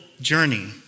journey